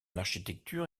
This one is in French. architecture